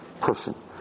person